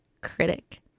critic